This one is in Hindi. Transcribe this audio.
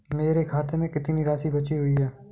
मेरे खाते में कितनी राशि बची हुई है?